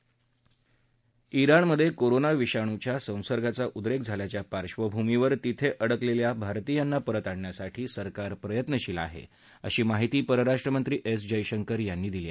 ज्ञाणमध्याक्रोरोना विषाणूच्या संसर्गांचा उद्रक्ष झाल्याच्या पार्शंभूमीवर तिथं अडकलखा भारतीयांना परत आणण्यासाठी सरकार प्रयत्नशील आहा अशी माहिती परराष्ट्र व्यवहारमंत्री एस जयशंकर यांनी दिली